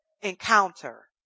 encounter